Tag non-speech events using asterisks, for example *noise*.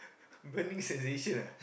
*noise* burning sensation ah